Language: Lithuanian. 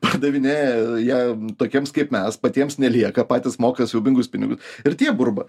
pardavinėja ją tokiems kaip mes patiems nelieka patys moka siaubingus pinigus ir tie burba